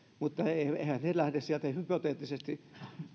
mutta eiväthän he lähde sieltä hypoteettisesti